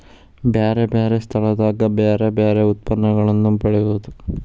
ಬ್ಯಾರೆ ಬ್ಯಾರೆ ಸ್ಥಳದಾಗ ಬ್ಯಾರೆ ಬ್ಯಾರೆ ಯತ್ಪನ್ನಗಳನ್ನ ಬೆಳೆಯುದು